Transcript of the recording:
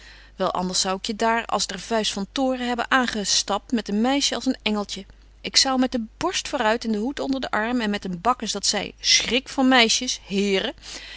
wel anders zou ik je daar als der vuist van thoren hebben aangestapt met een meisje als een engeltje ik zou met de borst voor uit en de hoed onder den arm en met een bakkes dat zei schrik van meisjes heren